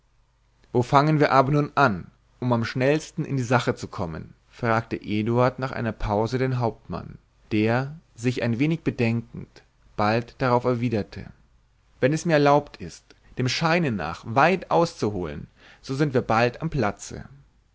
fangen wir aber nun an um am schnellsten in die sache zu kommen fragte eduard nach einer pause den hauptmann der sich ein wenig bedenkend bald darauf erwiderte wenn es mir erlaubt ist dem scheine nach weit auszuholen so sind wir bald am platze